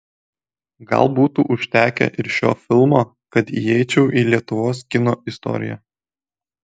gal būtų užtekę ir šio filmo kad įeičiau į lietuvos kino istoriją